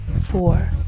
four